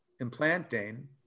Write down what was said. implanting